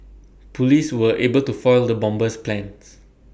Police were able to foil the bomber's plans